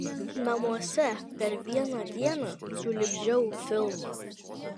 namuose per vieną dieną sulipdžiau filmą